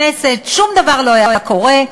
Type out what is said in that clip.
שום דבר לא היה קורה,